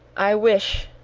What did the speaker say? i wish,